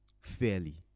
fairly